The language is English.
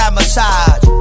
massage